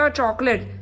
chocolate